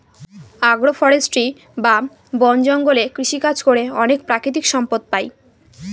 আগ্র ফরেষ্ট্রী বা বন জঙ্গলে কৃষিকাজ করে অনেক প্রাকৃতিক সম্পদ পাই